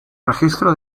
registro